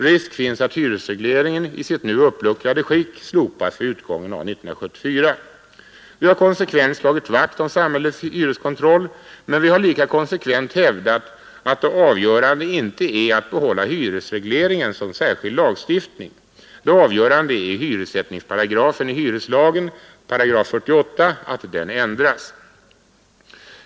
Risk finns att hyresregleringen i sitt nu uppluckrade skick slopas vid utgången av 1974. Vi har konsekvent slagit vakt om samhällets hyreskontroll, men vi har lika konsekvent hävdat att det avgörande inte är att behålla hyresregleringen som särskild lagstiftning. Det avgörande är att hyressättningsparagrafen i hyreslagen, 48 §, ändras.